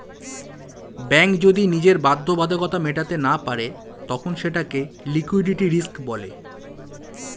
bank যদি নিজের বাধ্যবাধকতা মেটাতে না পারে তখন সেটাকে লিক্যুইডিটি রিস্ক বলে